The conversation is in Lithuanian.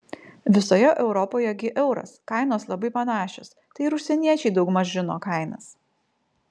visoje europoje gi euras kainos labai panašios tai ir užsieniečiai daugmaž žino kainas